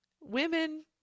women